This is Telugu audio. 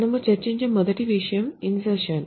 మనము చర్చించే మొదటి విషయం ఇన్సర్షన్